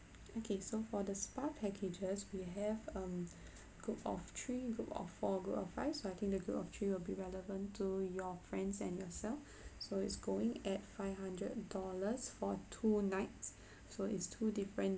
okay so for the spa packages we have um group of three group of four group of five so I think the group of three will be relevant to your friends and yourself so it's going at five hundred dollars for two nights so it's two different